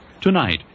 Tonight